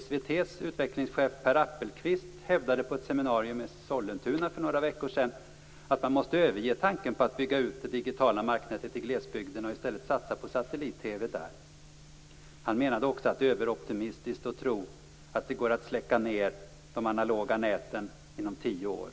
SVT:s utvecklingschef Per Appelquist hävdade på ett seminarium i Sollentuna för några veckor sedan att man måste överge tanken på att bygga ut det digitala marknätet i glesbygderna och i stället satsa på satellit-TV där. Han menade också att det är överoptimistiskt att tro att det går att släcka ned de analoga näten inom tio år.